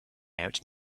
out